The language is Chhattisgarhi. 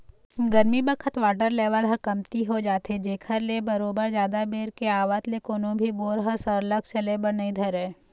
गरमी बखत वाटर लेवल ह कमती हो जाथे जेखर ले बरोबर जादा बेर के आवत ले कोनो भी बोर ह सरलग चले बर नइ धरय